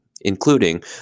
including